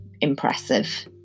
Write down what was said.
impressive